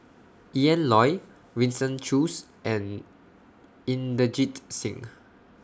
Ian Loy Winston Choos and Inderjit Singh